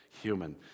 human